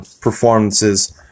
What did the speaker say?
performances